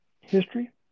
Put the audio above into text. history